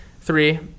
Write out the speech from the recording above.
three